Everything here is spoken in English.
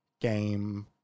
game